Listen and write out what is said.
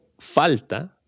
falta